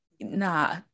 Nah